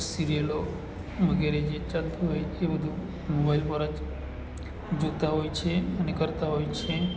સિરિયલો વગેરે જે ચાલતું હોય એ બધું મોબાઈલ પર જ જોતાં હોય છે અને કરતાં હોય છે